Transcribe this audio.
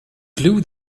glue